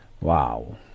Wow